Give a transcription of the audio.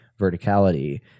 verticality